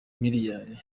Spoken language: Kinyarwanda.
miliyari